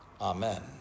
Amen